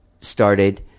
started